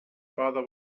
father